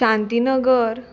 Shantinagar